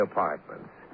Apartments